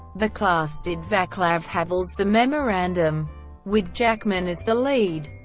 the class did vaclav havel's the memorandum with jackman as the lead.